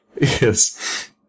Yes